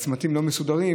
והצמתים לא מסודרים,